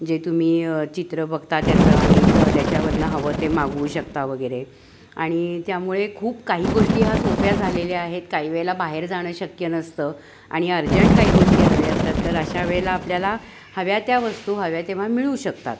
जे तुम्ही चित्र बघता त्याचं आणिक त्याच्यावरून हवं ते मागवू शकता वगैरे आणि त्यामुळे खूप काही गोष्टी ह्या सोप्या झालेल्या आहेत काही वेळेला बाहेर जाणं शक्य नसतं आणि अर्जंट काही गोष्टी हव्या असतात तर अशा वेळेला आपल्याला हव्या त्या वस्तू हव्या तेव्हा मिळू शकतात